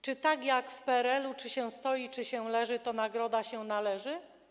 Czy tak jak w PRL-u: Czy się stoi, czy się leży, to nagroda się należy?